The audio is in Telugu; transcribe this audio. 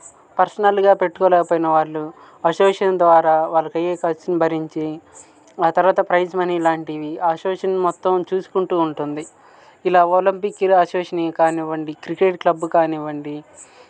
పర్సనల్గా పెట్టుకోలేకపోయిన వాళ్ళు అసోసియేషన్ ద్వారా వాళ్ళకి అయ్యే ఖర్చుని భరించి ఆ తర్వాత ప్రైజ్ మనీ లాంటివి అసోసియేషన్ మొత్తం చూసుకుంటూ ఉంటుంది ఇలా ఒలంపిక్ అసోసియేషన్ కానివ్వండి క్రికెట్ క్లబ్ కానివ్వండి